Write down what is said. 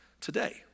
today